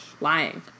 lying